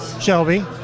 Shelby